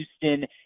houston